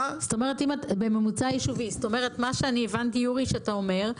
אם הבנתי נכון,